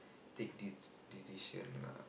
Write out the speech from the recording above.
take this decision lah